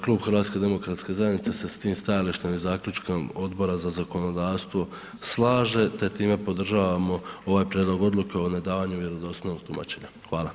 Klub HDZ-a se s tim stajalištem i zaključkom Odbora za zakonodavstvo slaže te time podržavamo ovaj prijedlog odluke o nedavanju vjerodostojnog tumačenja, hvala.